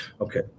Okay